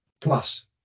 plus